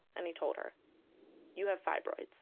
and he told her you have fibroids